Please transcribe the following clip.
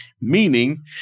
meaning